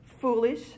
foolish